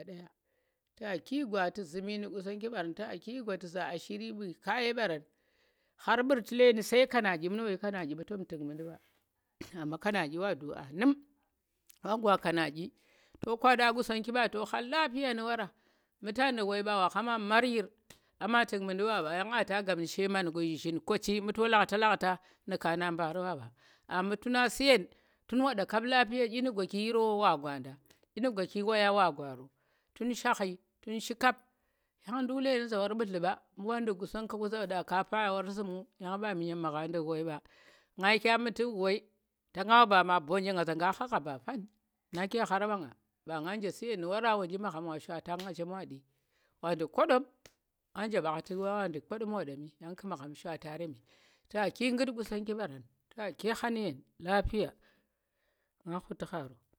Tu̱ aa ki gwa tu̱ zu̱mi nu̱ Qusonggi mɓarang tw aa ki gwatu̱ zaa ashiri mɓu kaye mɓarang khar mɓu̱rtu̱ leeni sai kana ɗyi muno yi kanaɗyi mɓa tang tu̱k munndi mɓa amma kanaɗyi wa duk anum ka gwa kanadyi to kwanɗa Qusonggi ɓa to kha lapiya nu̱ wora mu ta nɗu̱ng woi ɓa wa kha ma maryiir ama tu̱k munɗu wa ɓa yang a ta gaɓ nu̱ she zhin ko chi mu to lakta lakta nu̱ ka na mbaari mba ɓa a mbu̱ tuna su̱yen tun wanɗa kap lapiya ɗyi nu̱ gwaki ro wa gwa nda ɗyi nu̱ gwa ki oyang wa gwa ro tu̱n shakhi tu̱n shi kap yang nɗu̱k leeni za wor wu nlu̱ ɓa mu wa nɗu̱k Qusongga ku za ka pan wor su̱ mu yang mɓami nyem magha nɗu̱k woi ɓa nga yi kya mu̱ti mɓu̱ woi ta nga wa ba ma mbonye nga za kha khagha ba fang, nake khar mɓa nga mba nga nje su̱yen nu̱ wora wonji magham wa shwata nga chem wa nɗu̱ wa nɗu̱k koɗom aa nje mbang twk ɓa, wa nɗu̱k koɗo ku̱ waɗami yang ku̱ magham shwataremi tu̱ aa ki ngu̱t Qusonggi barang tu̱ aa ki kha nu̱ yen lapiya nga ghu̱ti kharo